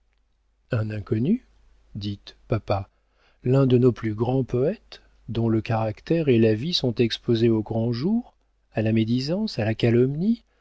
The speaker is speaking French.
un inconnu dites papa l'un de nos plus grands poëtes dont le caractère et la vie sont exposés au grand jour à la médisance à la calomnie